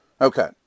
Okay